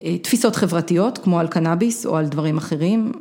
תפיסות חברתיות כמו על קנאביס או על דברים אחרים.